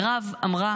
מרב אמרה